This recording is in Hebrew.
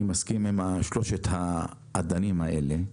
אני מסכים עם שלושת האדנים האלה,